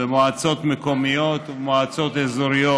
במועצות מקומיות ובמועצות אזוריות,